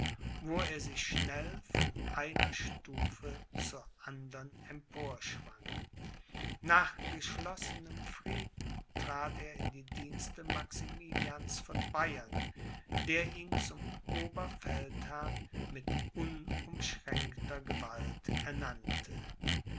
wo er sich schnell von einer stufe zur andern emporschwang nach geschlossenem frieden trat er in die dienste maximilians von bayern der ihn zum oberfeldherrn mit unumschränkter gewalt ernannte